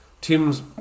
Tim's